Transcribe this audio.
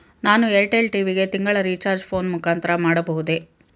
ನಾನು ಏರ್ಟೆಲ್ ಟಿ.ವಿ ಗೆ ತಿಂಗಳ ರಿಚಾರ್ಜ್ ಫೋನ್ ಮುಖಾಂತರ ಮಾಡಬಹುದೇ?